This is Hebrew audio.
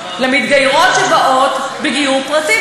למתגיירות שבאות בגיור פרטי,